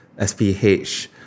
SPH